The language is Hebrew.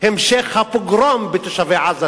המשך הפוגרום בתושבי עזה.